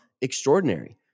extraordinary